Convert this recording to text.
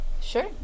Sure